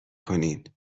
کنین